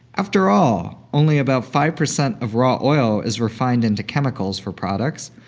after all, only about five percent of raw oil is refined into chemicals for products,